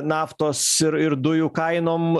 naftos ir ir dujų kainom